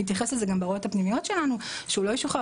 נתייחס לזה גם בהוראות הפנימיות שלנו שהוא לא ישוחרר